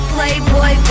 Playboy